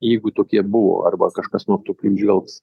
jeigu tokie buvo arba kažkas nu tokių įžvelgs